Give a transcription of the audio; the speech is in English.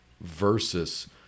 versus